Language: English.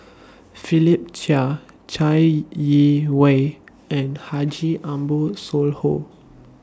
Philip Chia Chai Yee Wei and Haji Ambo Sooloh